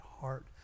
heart